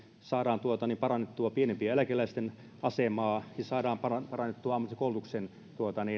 saadaan parannettua pienituloisempien eläkeläisten asemaa ja saadaan parannettua ammattikoulutuksen